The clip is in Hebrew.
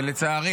ולצערי